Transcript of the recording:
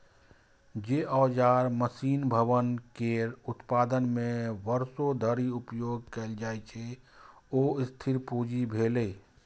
जे औजार, मशीन, भवन केर उत्पादन मे वर्षों धरि उपयोग कैल जाइ छै, ओ स्थिर पूंजी भेलै